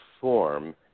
form